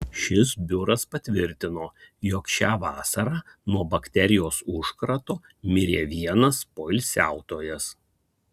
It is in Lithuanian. šis biuras patvirtino jog šią vasarą nuo bakterijos užkrato mirė vienas poilsiautojas